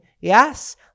Yes